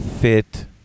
fit